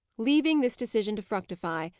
leaving this decision to fructify,